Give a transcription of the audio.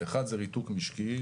אחד זה ריתוק משקי,